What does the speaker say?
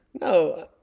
No